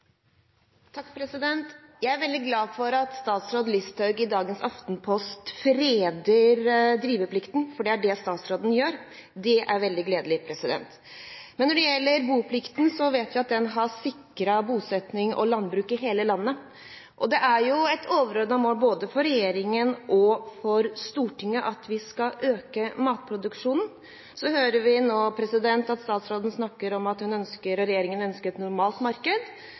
veldig glad for at statsråd Listhaug i dagens Aftenposten freder driveplikten – for det er det statsråden gjør. Det er veldig gledelig. Men når det gjelder boplikten, vet vi at den har sikret bosetting og landbruk i hele landet. Det er jo et overordnet mål for både regjeringen og Stortinget at vi skal øke matproduksjonen. Så hører vi nå at statsråden snakker om at hun og regjeringen ønsker et normalt marked,